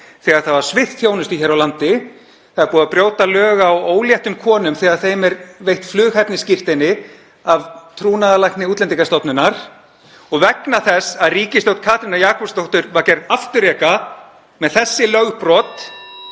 þegar það var svipt þjónustu hér á landi. Það er búið að brjóta lög á óléttum konum þegar þeim er veitt flughæfnisskírteini af trúnaðarlækni Útlendingastofnunar. Og vegna þess að ríkisstjórn Katrínar Jakobsdóttur var gerð afturreka með þessi lögbrot